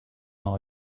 all